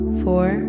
four